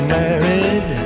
married